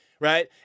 Right